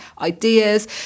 ideas